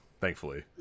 thankfully